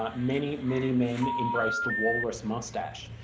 um many many men embraced the walrus moustache.